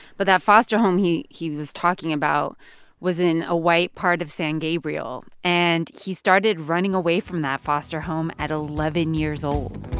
but that foster home he he was talking about was in a white part of san gabriel, and he started running away from that foster home at eleven years old